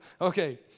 Okay